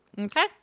Okay